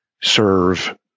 serve